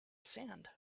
sand